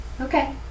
Okay